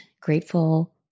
grateful